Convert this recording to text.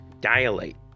dilate